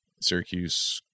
Syracuse